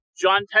John